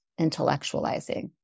intellectualizing